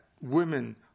women